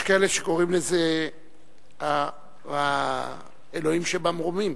יש כאלה שקוראים לזה "האלוהים שבמרומים"